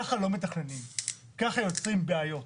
כך לא מתכננים, כך יוצרים בעיות,